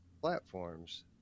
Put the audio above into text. platforms